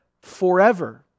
forever